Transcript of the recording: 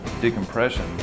decompression